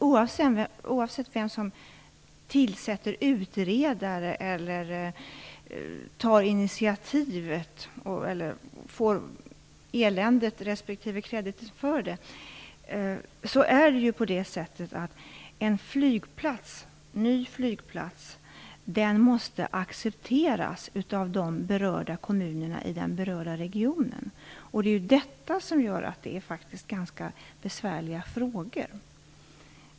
Oavsett vem som tillsätter utredare eller tar initiativ - och får ett elände respektive krediteras för det - måste en ny flygplats accepteras av de berörda kommunerna i den berörda regionen. Detta gör att det faktiskt handlar om ganska besvärliga frågor.